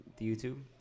YouTube